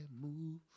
move